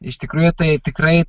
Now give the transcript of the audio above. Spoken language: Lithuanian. iš tikrųjų tai tikrai